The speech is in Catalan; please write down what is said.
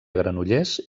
granollers